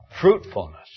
fruitfulness